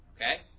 Okay